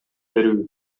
берүү